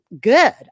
good